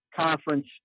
Conference